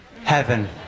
heaven